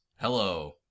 Hello